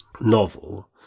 novel